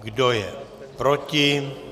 Kdo je proti?